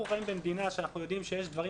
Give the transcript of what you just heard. אנחנו חיים במדינה שאנחנו יודעים שיש דברים